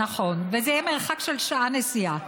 נכון, וזה יהיה מרחק של שעה נסיעה.